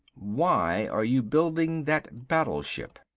why are you building that battleship?